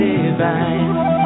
Divine